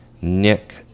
nick